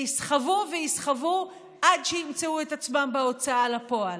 ויסחבו ויסחבו עד שימצאו את עצמם בהוצאה לפועל.